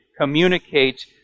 communicate